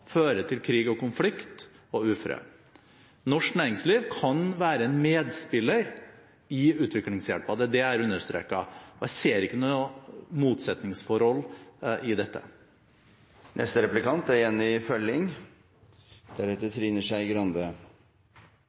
til krig, konflikt og ufred. Norsk næringsliv kan være en medspiller i utviklingshjelpen, det er det jeg understreker, og jeg ser ikke noe motsetningsforhold i dette. Eg er